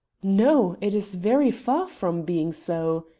no it is very far from being so.